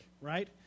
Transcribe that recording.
right